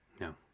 No